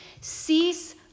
Cease